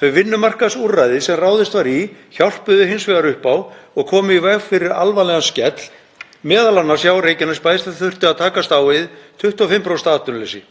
Þau vinnumarkaðsúrræði sem ráðist var í hjálpuðu hins vegar upp á og komu í veg fyrir alvarlegan skell, m.a. hjá Reykjanesbæ, sem þurfti að takast á við 25% atvinnuleysi.